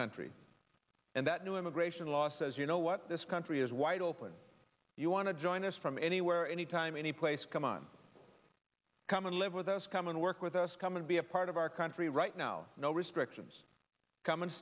country and that new immigration law says you know what this country is wide open you want to join us from anywhere anytime anyplace come on come and live with us come and work with us come and be a part of our country right now no restrictions com